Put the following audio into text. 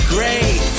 Great